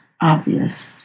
obvious